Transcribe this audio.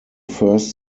first